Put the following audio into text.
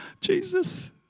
Jesus